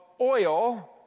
oil